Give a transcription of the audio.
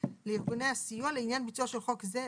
לארגוני הסיוע לעניין ביצוע של חוק זה,